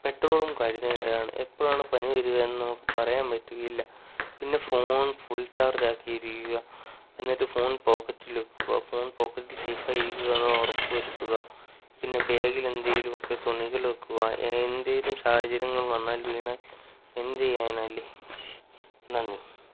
പെട്രോളും കരുതേണ്ടതാണ് എപ്പോഴാണ് പണി വരിക്ക് എന്ന് നമുക്ക് പറയാൻ പറ്റുകയില്ല പിന്നെ ഫോൺ ഫുൾ ചാർജ് ആക്കിയിരിക്കുക എന്നിട്ട് ഫോൺ പോക്കറ്റിൽ വെക്കുക ഫോൺ പോക്കറ്റിൽ സേഫായി ഇരിക്കുകയാണെന്ന് ഉറപ്പ് വരുത്തുക പിന്നെ ബാഗിൽ എന്തെങ്കിലും ഒക്കെ തുണികൾ വെക്കുക എ ഏന്തേലും സാഹചര്യങ്ങൾ വന്നാൽ വീണാൽ എന്ത് ചെയ്യാനാണ് അല്ലേ ചെയ് നന്ദി